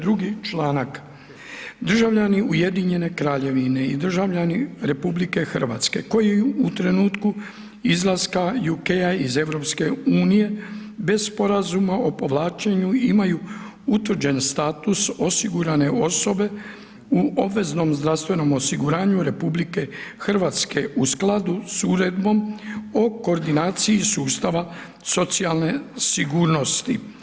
Drugi članak, državljani Ujedinjene Kraljevine i državljani RH, koji u trenutku izlaska UK iz EU, bez sporazuma o povlačenju imaju utvrđen status osigurane osobe u obveznom zdravstvenom osiguranju RH, u skladu s uredbom o koordinaciji sustava socijalne sigurnosti.